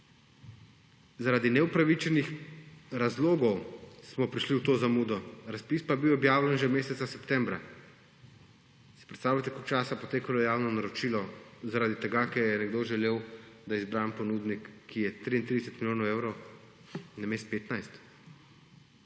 Zaradi neupravičenih razlogov smo prišlo v to zamudo, razpis pa je bil objavljen že meseca septembra. Si predstavljate, koliko časa je potekalo javno naročilo zaradi tega, ker je nekdo želel, da je izbran ponudnik, ki je 33 milijonov evrov namesto 15?